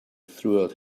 throughout